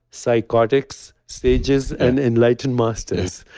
psychotics sages, and enlightened masters,